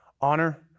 Honor